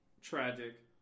tragic